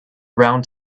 round